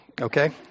Okay